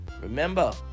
Remember